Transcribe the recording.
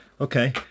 Okay